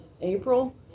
April